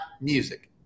music